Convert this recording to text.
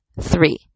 three